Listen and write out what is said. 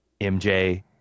MJ